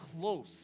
close